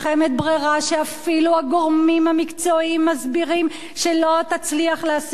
שאפילו הגורמים המקצועיים מסבירים שלא תצליח להשיג את מטרתה.